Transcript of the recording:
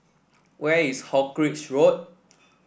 where is Hawkinge Road